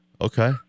Okay